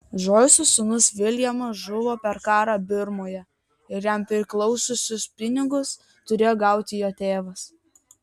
džoiso sūnus viljamas žuvo per karą birmoje ir jam priklausiusius pinigus turėjo gauti jo tėvas